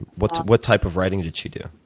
what what type of writing did she do?